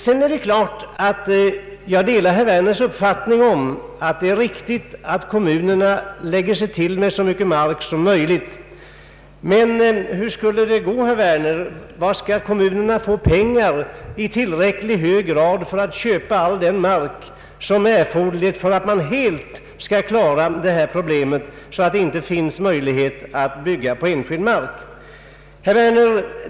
Det är klart att jag delar herr Werners uppfattning att det är riktigt att kommunerna lägger sig till med så mycken mark som möjligt. Men hur skall det gå till, herr Werner? Varifrån skall kommunerna få pengar i tillräcklig mängd för att köpa all den mark som erfordras för att kommunerna helt skall kunna lösa detta problem, så att det inte finns möjlighet att bygga på enskild mark? Herr Werner!